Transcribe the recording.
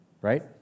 right